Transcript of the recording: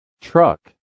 truck